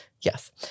Yes